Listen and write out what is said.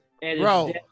Bro